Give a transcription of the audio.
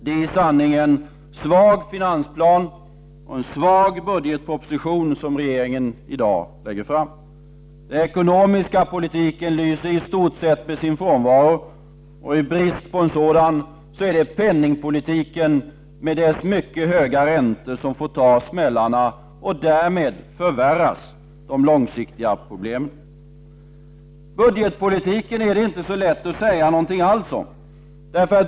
Det är i sanning en svag finansplan och en svag budgetproposition som regeringen i dag lägger fram. Den ekonomiska politiken lyser i stort sett med sin frånvaro. I brist på en sådan är det penningpolitiken med dess mycket höga räntor som får ta smällarna. Därmed förvärras de långsiktiga problemen. Budgetpolitiken är det inte lätt att säga någonting alls om.